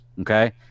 okay